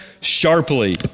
sharply